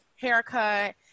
haircut